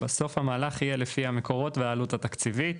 בסוף המהלך יהיה לפי המקורות והעלות התקציבית.